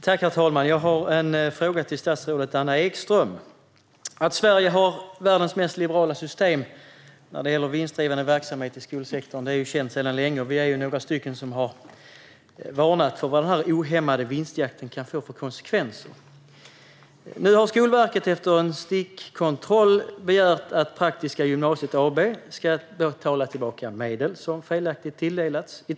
Herr talman! Jag har en fråga till statsrådet Anna Ekström. Att Sverige har världens mest liberala system när det gäller vinstdrivande verksamhet i skolsektorn är känt sedan länge, och vi är några stycken som har varnat för vad den ohämmade vinstjakten kan få för konsekvenser. Nu har Skolverket efter en stickkontroll begärt att Praktiska Gymnasiet AB ska betala tillbaka medel som felaktigt tilldelats dem.